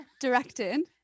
Directed